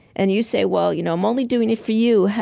and you say, well, you know, i'm only doing it for you.